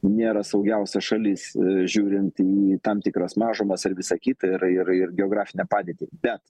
nėra saugiausia šalis žiūrint į tam tikras mažumas ar visa kita ir ir ir geografinę padėtį bet